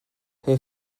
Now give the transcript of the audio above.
her